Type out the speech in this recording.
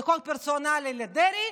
וחוק פרסונלי לדרעי,